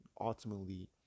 ultimately